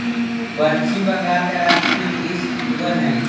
पश्चिम बंगाल का राजकीय वृक्ष चितवन हई